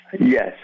Yes